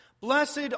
Blessed